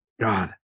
god